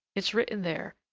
it's written there,